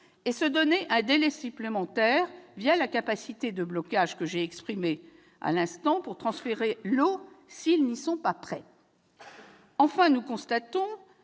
et se donner un délai supplémentaire la capacité de blocage que je viens d'évoquer pour transférer l'eau s'ils n'y sont pas prêts. Enfin, nous observons